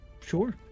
Sure